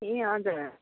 ए हजुर